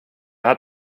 hat